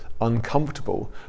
uncomfortable